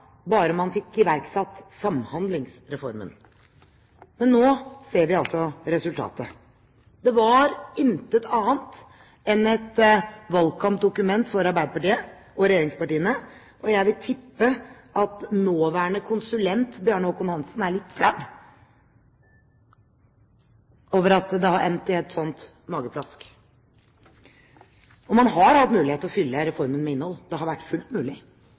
bare man fikk iverksatt Samhandlingsreformen. Men nå ser vi altså resultatet. Det var intet annet enn et valgkampdokument for Arbeiderpartiet og regjeringspartiene, og jeg vil tippe at nåværende konsulent Bjarne Håkon Hanssen er litt flau over at det har endt i et slikt mageplask. Og man har hatt mulighet til å fylle reformen med innhold. Det har vært fullt mulig.